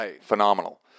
phenomenal